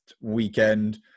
weekend